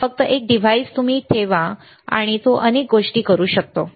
फक्त एकच डिव्हाइस ठेवून तुम्ही अनेक गोष्टी करू शकता